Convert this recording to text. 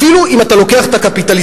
אפילו אם אתה לוקח את הקפיטליזם,